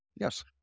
Yes